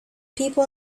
people